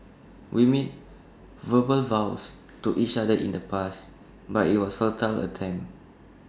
we made verbal vows to each other in the past but IT was A futile attempt